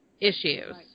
issues